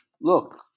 look